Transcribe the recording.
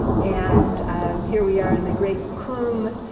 and here we are in the great khum,